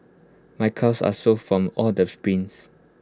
my calves are sore from all the sprints